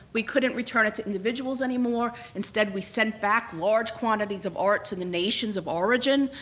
we couldn't return it to individuals anymore, instead we sent back large quantities of art to the nations of origin,